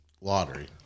lottery